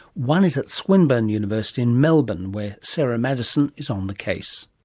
one is at swinburne university in melbourne where sarah maddison is on the case.